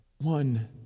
One